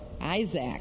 Isaac